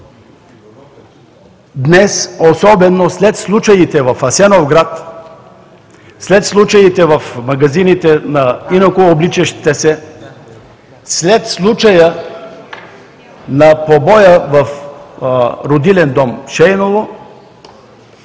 днес, особено след случаите в Асеновград, след случаите в магазините на инакообличащите се, след случая на побоя в родилен дом „Шейново“